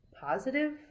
positive